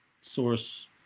source